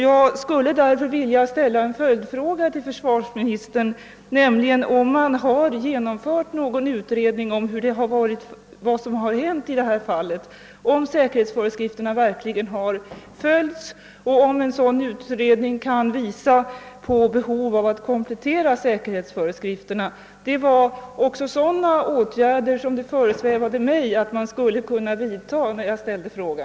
Jag skulle därför vilja ställa en följdfråga till försvarsministern, nämligen om det har gjorts någon utredning om huruvida säkerhetsföreskrifterna = verkligen har följts och om en sådan utredning visat ett behov av att komplettera säkerhetsföreskrifterna. Det var också sådana åtgärder som det föresvävade mig att man skulle kunna vidta när jag ställde min fråga.